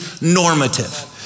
normative